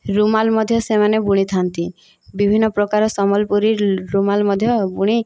ରୁମାଲ ମଧ୍ୟ ସେମାନେ ବୁଣିଥାନ୍ତି ବିଭିନ୍ନ ପ୍ରକାର ସମ୍ବଲପୁରୀ ରୁମାଲ ମଧ୍ୟ ବୁଣି